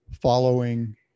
following